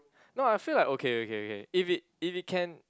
no lah I feel like okay okay okay if it if it can